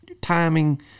Timing